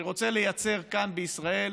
שרוצה לייצר כאן בישראל,